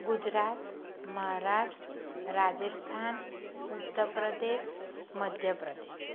Gujarat Maharashtra Rajasthan Uttar Pradesh Madhya Pradesh